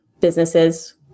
businesses